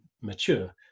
mature